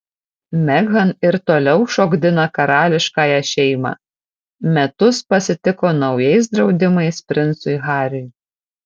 meghan ir toliau šokdina karališkąją šeimą metus pasitiko naujais draudimais princui hariui